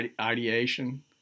ideation